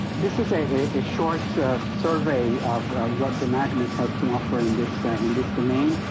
this is a a short survey of what the magnus has to offer in this in this domain?